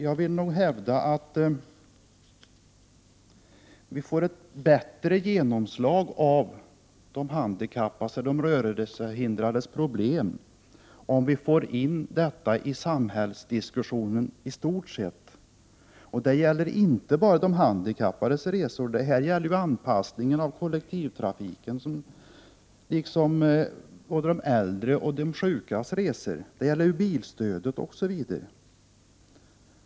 Jag vill hävda att vi får ett bättre genomslag när det gäller de handikappades och rörelsehindrades problem om vi får in dessa frågor i samhällsdiskussionen i stort. Det gäller inte bara de handikappades resor. Det gäller ju anpassningen av kollektivtrafiken och de äldres och de sjukas resor, det gäller bilstödet osv.